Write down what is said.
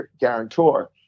guarantor